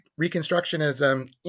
reconstructionism